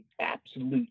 absolute